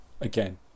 again